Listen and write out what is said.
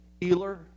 healer